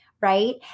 Right